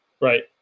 right